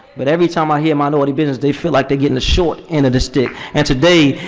but every time i hear minority business, they feel like they're getting the short end of the stick and today,